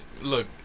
look